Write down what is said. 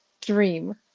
dream